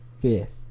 fifth